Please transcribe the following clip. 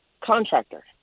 contractor